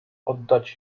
oddać